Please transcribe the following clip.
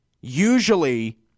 Usually